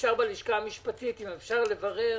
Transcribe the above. אפשר בלשכה המשפטית לברר,